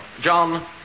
John